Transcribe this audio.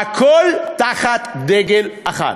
והכול תחת דגל אחד: